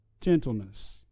gentleness